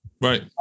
Right